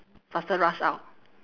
faster rush out